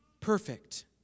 perfect